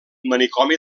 manicomi